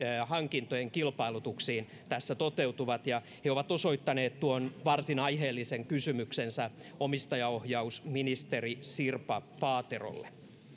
hankintojen kilpailutuksiin tässä toteutuvat ja he ovat osoittaneet tuon varsin aiheellisen kysymyksensä omistajaohjausministeri sirpa paaterolle